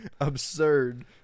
absurd